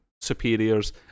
superiors